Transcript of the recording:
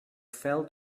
fell